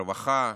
רווחה,